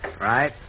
Right